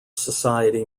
society